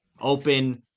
open